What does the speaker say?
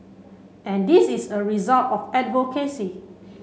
and this is a result of advocacy